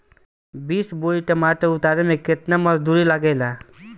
बीस बोरी टमाटर उतारे मे केतना मजदुरी लगेगा?